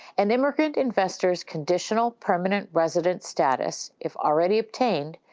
an immigrant investor's conditional permanent resident status, if already obtained,